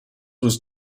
was